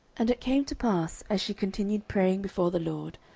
and it came to pass, as she continued praying before the lord,